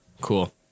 Cool